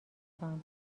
انسان